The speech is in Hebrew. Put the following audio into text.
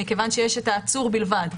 כיוון שיש העצור בלבד.